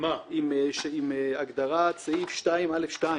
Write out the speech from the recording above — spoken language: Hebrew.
הגדרת סעיף 2(א)(2).